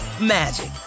magic